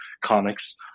comics